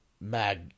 Mag